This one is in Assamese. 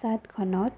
চাদখনত